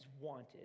wanted